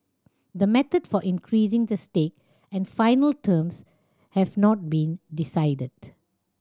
the method for increasing the stake and final terms have not been decided